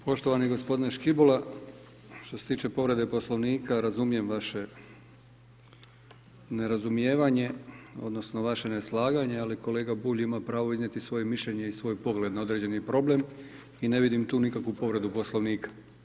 Poštovani gospodine Škibola što se tiče povrede poslovnika, razumijem vaše nerazumijevanje, odnosno, vaše neslaganje, ali kolega Bulj ima pravo iznijeti svoje mišljenje i svoj pogled na određeni problem i ne vidim tu nikakvu povredu poslovnika.